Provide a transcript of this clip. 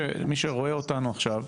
שמי שרואה אותנו עכשיו,